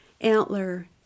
Antler